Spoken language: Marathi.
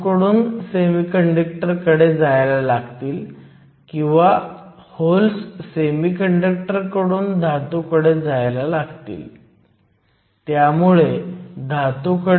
म्हणून सेमीकंडक्टरची सामग्री वेगळी असल्यास बिल्ट इन पोटेन्शियल जाणून घेणे आवश्यक आहे